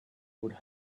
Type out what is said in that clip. would